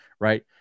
right